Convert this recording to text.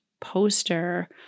poster